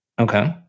Okay